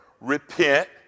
repent